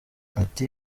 ati